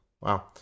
wow